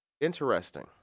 interesting